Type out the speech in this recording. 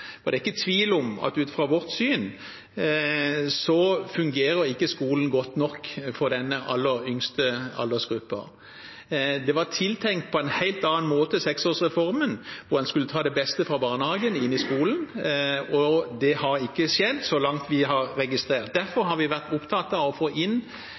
det er ikke tvil om at ut fra vårt syn fungerer ikke skolen godt nok for den aller yngste aldersgruppen. Seksåringsreformen var tiltenkt på en helt annen måte. En skulle ta det beste fra barnehagen inn i skolen, og det har ikke skjedd, så langt vi har registrert. Derfor har vi vært opptatt av en erfaringsinnhenting i første omgang, for å få